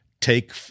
take